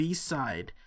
B-Side